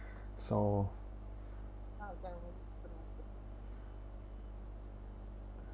so